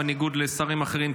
בניגוד לשרים אחרים,